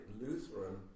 Lutheran